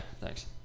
thanks